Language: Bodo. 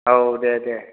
औ दे दे